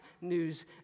news